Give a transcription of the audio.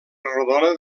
rodona